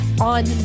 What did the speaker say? On